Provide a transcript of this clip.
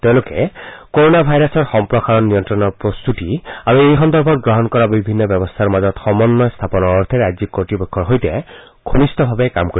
তেওঁলোকে কৰণা ভাইৰাছৰ সম্পৰসাৰণ নিয়ন্ত্ৰণৰ প্ৰস্তুতি আৰু এই সন্দৰ্ভত গ্ৰহণ কৰা বিভিন্ন ব্যৱস্থাৰ মাজত সমন্বয় স্থাপনৰ অৰ্থে ৰাজ্যিক কৰ্তৃপক্ষৰ সৈতে ঘনিষ্ঠভাৱে কাম কৰিব